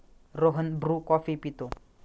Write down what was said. Rohan Bru coffee पितो